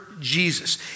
Jesus